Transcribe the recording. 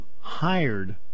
hired